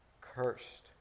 cursed